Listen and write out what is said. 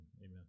amen